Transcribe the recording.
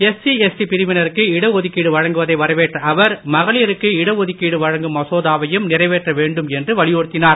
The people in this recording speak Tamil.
எஸ்சி எஸ்டி பிரிவினருக்கு இடஒதுக்கீடு வழங்குவதை வரவேற்ற அவர் மகளிருக்கு இடஒதுக்கீடு வழங்கும் மசோதாவையும் நிறைவேற்ற வேண்டும் என்று வலியுறுத்தினார்